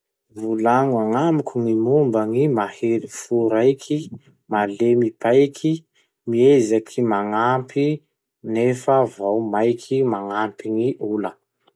Volagno agnamiko gny momba gny mahery fo raiky malemy paiky miezaky magnampy nefa vo maiky magnampy gny ola.